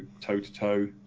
toe-to-toe